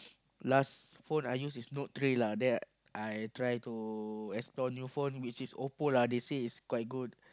last phone I use is note three lah then I try to explore new phone which is Oppo lah they say is quite good